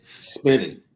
spinning